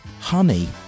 honey